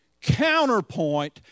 counterpoint